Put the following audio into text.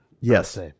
Yes